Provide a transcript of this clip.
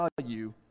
value